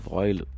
oil